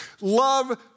love